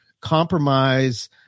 compromise